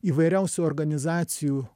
įvairiausių organizacijų